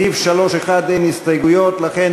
בעד,